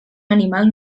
animal